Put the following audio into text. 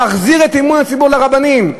"להחזיר את אמון הציבור ברבנים".